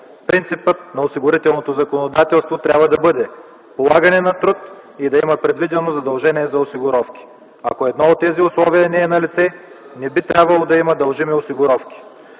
Принципът на осигурителното законодателство трябва да бъде: полагане на труд и да има предвидено задължение за осигуровки. Ако едно от тези условия не е налице, не би трябвало да има дължими осигуровки.